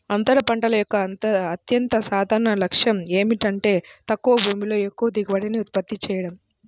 అంతర పంటల యొక్క అత్యంత సాధారణ లక్ష్యం ఏమిటంటే తక్కువ భూమిలో ఎక్కువ దిగుబడిని ఉత్పత్తి చేయడం